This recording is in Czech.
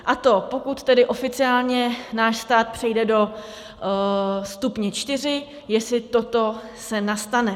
A to pokud tedy oficiálně náš stát přejde do stupně čtyři, jestli toto nastane?